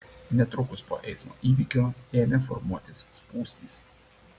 netrukus po eismo įvykio ėmė formuotis spūstys